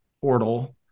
portal